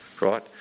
right